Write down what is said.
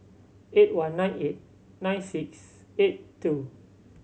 eight one nine eight nine six eight two